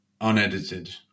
unedited